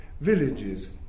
villages